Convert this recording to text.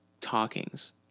talkings